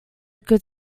good